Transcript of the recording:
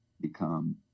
become